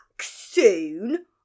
soon